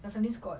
their families got